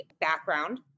background